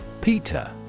Peter